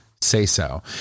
say-so